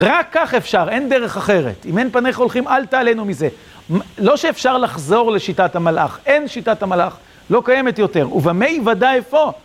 רק כך אפשר, אין דרך אחרת. אם אין פניך הולכים, אל תעלנו מזה. לא שאפשר לחזור לשיטת המלאך, אין שיטת המלאך, לא קיימת יותר. ובמה יוודא איפה?